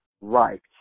Right